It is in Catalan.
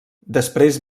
després